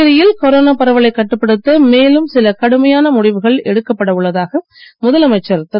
புதுச்சேரியில் கொரோனா பரவலைக் கட்டுப்படுத்த மேலும் சில கடுமையான முடிவுகள் எடுக்கப்பட உள்ளதாக முதலமைச்சர் திரு